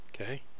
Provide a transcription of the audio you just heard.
Okay